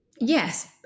Yes